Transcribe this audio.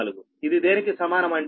ఇది దేనికి సమానం అంటే 7